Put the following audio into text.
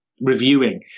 reviewing